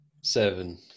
Seven